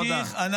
משיכת הליכים.